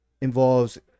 involves